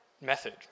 method